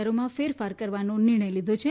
દરોમાં ફેરફાર કરવાનો નિર્ણય લીધો છે